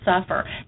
suffer